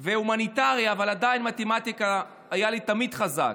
הומניטרי, אבל עדיין במתמטיקה הייתי תמיד חזק.